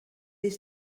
des